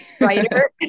writer